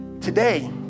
today